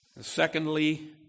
Secondly